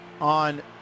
on